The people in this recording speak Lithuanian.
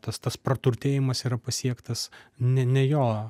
tas tas praturtėjimas yra pasiektas ne ne jo